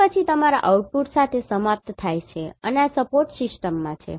અને પછી તમારા આઉટપુટ સાથે સમાપ્ત થાય છે અને આ સપોર્ટ સિસ્ટમમાં છે